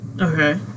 Okay